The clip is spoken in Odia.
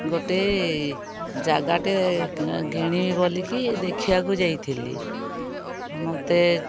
ଗୋଟେ ଜାଗାଟେ କିିଣିବ ବୋଲିକି ଦେଖିବାକୁ ଯାଇଥିଲି ମୋତେ